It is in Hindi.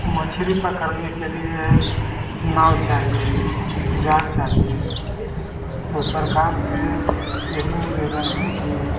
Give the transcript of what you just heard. मछली पकड़ने के लिए नाव चाहिए जाल चाहिए तो सरकार से यही निवेदन है कि